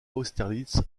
austerlitz